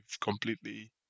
completely